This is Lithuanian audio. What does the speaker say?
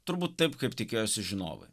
turbūt taip kaip tikėjosi žinovai